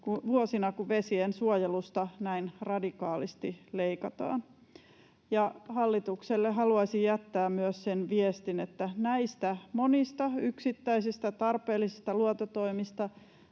vuosina, kun vesiensuojelusta näin radikaalisti leikataan. Hallitukselle haluaisin jättää myös sen viestin, että näistä monista yksittäisistä, tarpeellisista luontotoimista